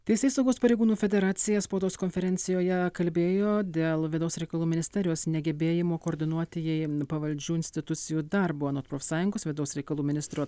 teisėsaugos pareigūnų federacija spaudos konferencijoje kalbėjo dėl vidaus reikalų ministerijos negebėjimo koordinuoti jai pavaldžių institucijų darbo anot profsąjungos vidaus reikalų ministro